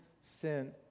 sin